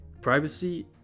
Privacy